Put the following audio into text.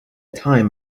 time